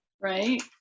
right